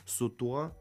su tuo